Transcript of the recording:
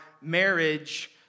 marriage